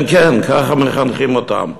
כן כן, ככה מחנכים אותם.